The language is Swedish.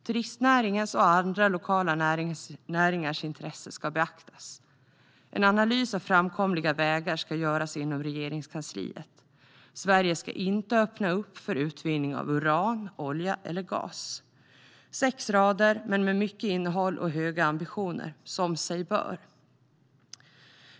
Turistnäringens och andra lokala näringars intresse ska beaktas. En analys av framkomliga vägar ska göras inom Regeringskansliet. Sverige ska inte öppna upp för utvinning av uran, olja eller gas." Det är sex rader, men med mycket innehåll och höga ambitioner - som sig bör.